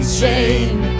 shame